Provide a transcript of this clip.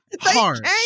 hard